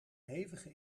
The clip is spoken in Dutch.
hevige